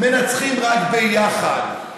מנצחים רק ביחד,